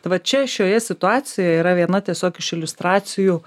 tai va čia šioje situacijoje yra viena tiesiog iš iliustracijų